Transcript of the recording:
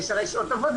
יש הרי שעות עבודה?